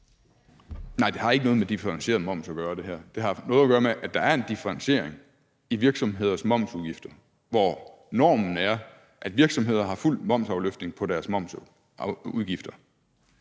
Nej, det her har ikke noget med differentieret moms at gøre. Det har noget at gøre med, at der er en differentiering i virksomheders momsudgifter, hvor normen er, at virksomheder har fuld momsafløftning på deres momsudgifter.